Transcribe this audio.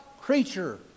creature